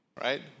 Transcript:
right